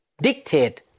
dictate